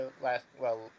last—well